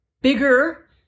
bigger